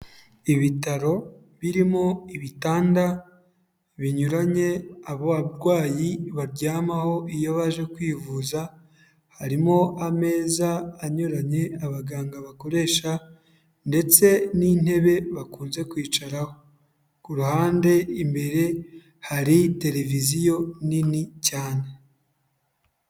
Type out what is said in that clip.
Ibitaro birimo ibitanda binyuranye, abo barwayi baryamaho iyo baje kwivuza, harimo ameza anyuranye abaganga bakoresha, ndetse n'intebe bakunze kwicaraho. Ku ruhande imbere hari televiziyo nini cyane.